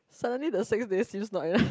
suddenly the six days seems not enough